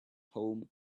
home